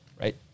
Right